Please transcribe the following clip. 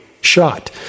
shot